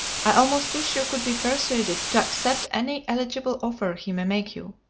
i almost wish you could be persuaded to accept any eligible offer he may make you.